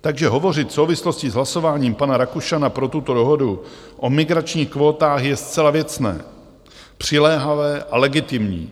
Takže hovořit v souvislosti s hlasováním pana Rakušana pro tuto dohodu o migračních kvótách je zcela věcné, přiléhavé a legitimní.